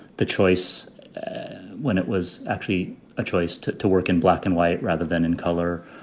the choice when it was actually a choice to to work in black and white rather than in color.